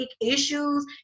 issues